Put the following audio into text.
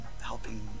helping